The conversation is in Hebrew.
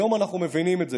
היום אנחנו מבינים את זה,